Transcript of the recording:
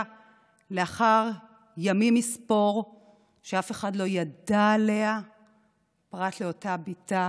לאחר ימים כמה שאף אחד לא ידע עליה פרט לבתה,